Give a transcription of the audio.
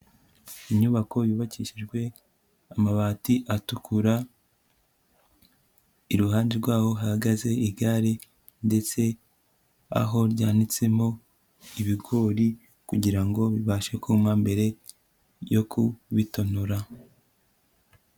Inyubako yubakishijwe amabati atukura iruhande rwaho hahagaze igare ndetse aho ryanitsemo ibigori kugira ngo bibashe kuma, mbere yo kubitonora.